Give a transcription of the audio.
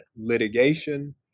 litigation